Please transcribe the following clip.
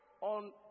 on